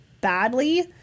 badly